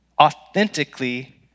authentically